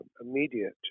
immediate